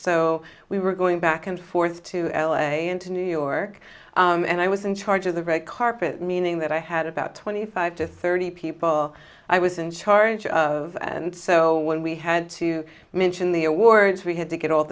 so we were going back and forth to l a into new york and i was in charge of the red carpet meaning that i had about twenty five to thirty people i was in charge of and so when we had to mention the awards we had to get all